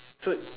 so